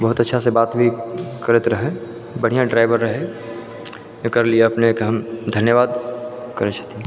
बहुत अच्छासँ बात भी करैत रहए बढ़िआँ ड्राइवर रहए एकर लिए अपनेँके हम धन्यवाद कहै छी